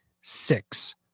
six